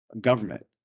government